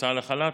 ההוצאה לחל"ת,